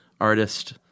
artist